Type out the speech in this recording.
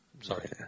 sorry